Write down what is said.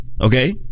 Okay